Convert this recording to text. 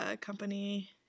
company